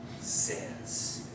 says